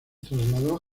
trasladó